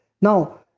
Now